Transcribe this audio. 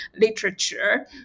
literature